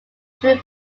between